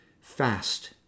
fast